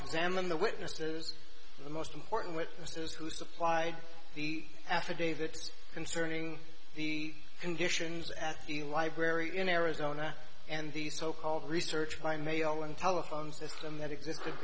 examine the witnesses the most important witnesses who supplied the affidavit concerning the conditions at the library in arizona and the so called research by mail one telephone system that exist